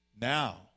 Now